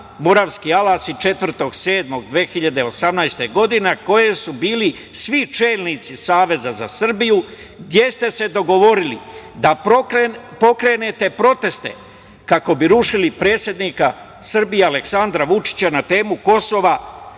Moravski alasi, 4. jula 2018. godine, na kojem su bili svi čelnici Saveza za Srbiju, gde ste se dogovorili da pokrenete proteste kako bi rušili predsednika Srbije Aleksandra Vučića na temu Kosova,